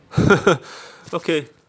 okay